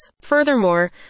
Furthermore